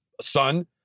son